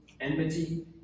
enmity